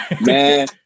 Man